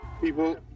People